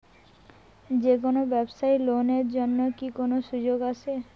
যে কোনো ব্যবসায়ী লোন এর জন্যে কি কোনো সুযোগ আসে?